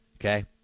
okay